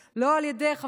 לא 100 ימים, גם לא שבוע.